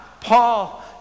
Paul